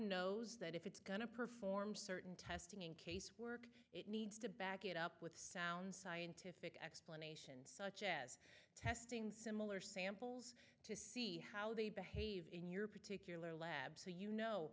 knows that if it's going to perform certain testing in casework it needs to back it up with sound scientific mission such as testing similar samples to see how they behave in your particular lab so you know